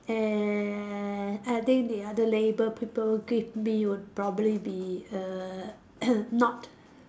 and I think the other label people give me would probably be err not